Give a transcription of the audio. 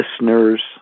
listeners